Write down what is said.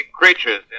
creatures